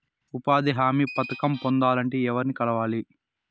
ఉపాధి హామీ పథకం పొందాలంటే ఎవర్ని కలవాలి?